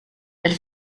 elle